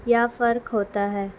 کیا فرق ہوتا ہے